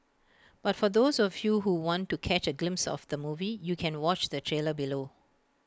but for those of you who want to catch A glimpse of the movie you can watch the trailer below